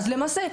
למעשה,